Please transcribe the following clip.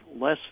less